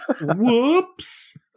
Whoops